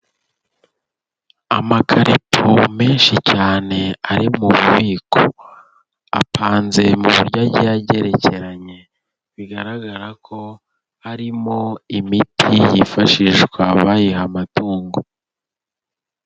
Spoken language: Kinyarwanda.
Amakaripo menshi cyane ari mu bubiko, apanze mu buryo agiye agerekeranye, bigaragara ko harimo imiti yifashishwa bayiha amatungo.